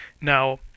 Now